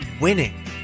winning